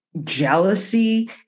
jealousy